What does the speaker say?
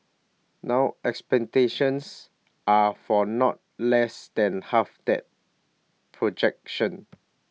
now expectations are for not less than half that projection